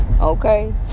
okay